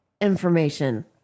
information